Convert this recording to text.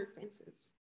fences